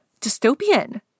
dystopian